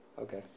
Okay